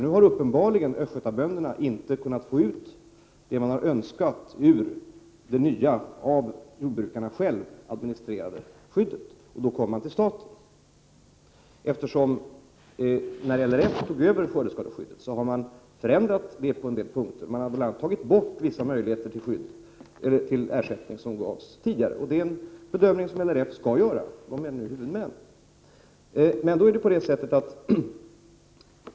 Nu har uppenbarligen Östgötabönderna inte kunnat få ut vad de önskar av det nya, av jordbrukarna själva administrerade skyddet, och då kommer de till staten. När LRF tog över skördeskadeskyddet, förändrades det på en del punkter. Man tog bl.a. bort vissa möjligheter till ersättning som gavs tidigare. Det är en bedömning som LRF skall göra, eftersom organisationen nu är huvudman.